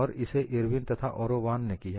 और इसे इरविन एवं ओरोवान ने किया